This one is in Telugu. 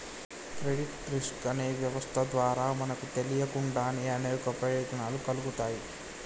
క్రెడిట్ రిస్క్ అనే వ్యవస్థ ద్వారా మనకు తెలియకుండానే అనేక ప్రయోజనాలు కల్గుతాయి